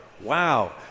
Wow